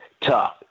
tough